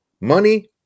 money